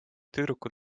tüdrukud